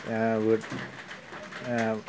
വീട്ടിൽ